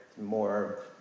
more